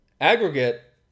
Aggregate